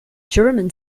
german